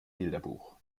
bilderbuch